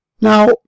Now